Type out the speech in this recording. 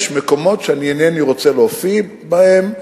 יש מקומות שאני אינני רוצה להופיע בהם.